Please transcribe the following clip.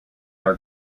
are